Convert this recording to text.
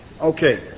Okay